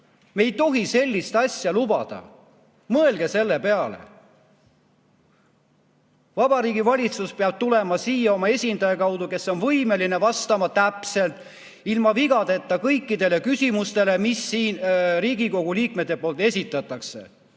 Me ei tohi sellist asja lubada. Mõelge selle peale. Vabariigi Valitsus peab tulema siia oma esindaja kaudu, kes on võimeline vastama täpselt, ilma vigadeta kõikidele küsimustele, mida Riigikogu liikmed esitavad.